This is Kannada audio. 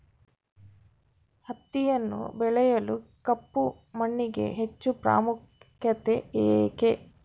ಹತ್ತಿಯನ್ನು ಬೆಳೆಯಲು ಕಪ್ಪು ಮಣ್ಣಿಗೆ ಹೆಚ್ಚು ಪ್ರಾಮುಖ್ಯತೆ ಏಕೆ?